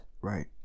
right